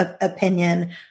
opinion